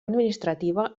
administrativa